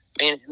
man